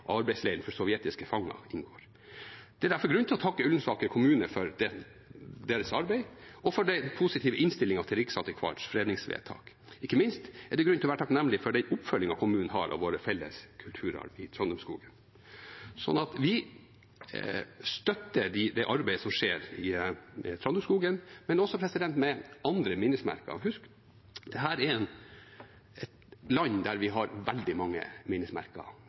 for sovjetiske fanger inngår. Det er derfor grunn til å takke Ullensaker kommune for deres arbeid og for den positive innstilingen til Riksantikvarens fredningsvedtak. Ikke minst er det grunn til å være takknemlig for den oppfølgingen kommunen har av vår felles kulturarv i Trandumskogen. Vi støtter det arbeidet som skjer i Trandumskogen, men også arbeidet med andre minnesmerker. Husk at dette er et land der vi har veldig mange minnesmerker